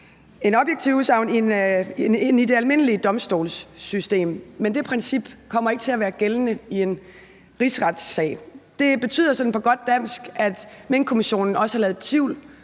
end objektive udsagn, end man gør i det almindelige domstolssystem. Men det princip kommer ikke til at være gældende i en rigsretssag. Det betyder sådan på godt dansk, at Minkkommissionen også har ladet tvivlen